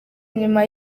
nyuma